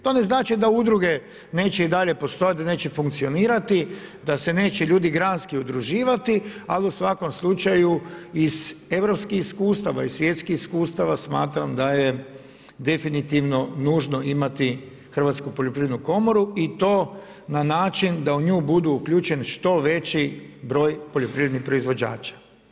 To ne znači da udruge neće i dalje postojat, da neće funkcionirati, da se neće ljudi granski udruživati, ali u svakom slučaju iz europskih iskustava, iz svjetskih iskustava smatram da je definitivno nužno imati Hrvatsku poljoprivrednu komoru i to na način da u nju bude uključen što veći broj poljoprivrednih proizvođača.